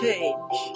Change